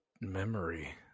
memory